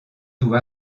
tout